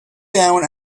down